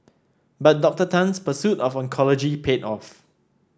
but Doctor Tan's pursuit of oncology paid off